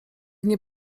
nie